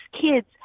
kids